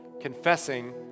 Confessing